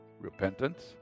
repentance